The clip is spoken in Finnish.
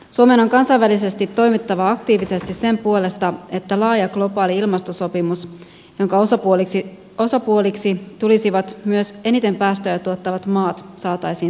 suomen on kansainvälisesti toimittava aktiivisesti sen puolesta että laaja globaali ilmastosopimus jonka osapuoliksi tulisivat myös eniten päästöjä tuottavat maat saataisiin solmittua